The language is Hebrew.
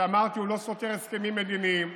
אמרתי, שהוא לא סותר הסכמים מדיניים,